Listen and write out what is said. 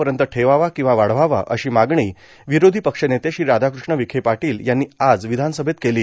पर्यंत ठेवावा वाढवावा अशी मागणी विरोधी पक्षनेते श्री राधाकृष्ण विखे पाटील यांनी आज विधानसभेत केली